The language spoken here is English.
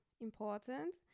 important